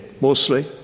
mostly